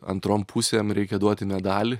antrom pusėm reikia duoti medalį